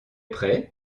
prêt